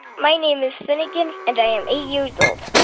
my name is finnegan, and i am eight years old.